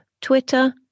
Twitter